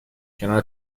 کنار